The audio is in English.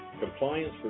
Compliance